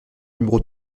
numéro